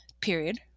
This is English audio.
period